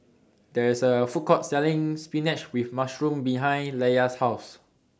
There IS A Food Court Selling Spinach with Mushroom behind Leia's House